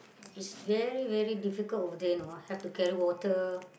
it's very very difficult over there know have to carry water